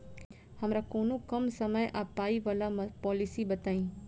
हमरा कोनो कम समय आ पाई वला पोलिसी बताई?